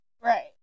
Right